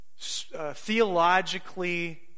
theologically